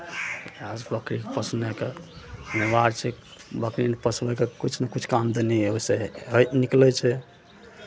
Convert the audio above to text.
इएहसँ बकरी पोसनाइके अनिवार्य छै बकरी पोसनाइके किछ नहि किछुके आमदनी ओहिसँ होइ निकलै छै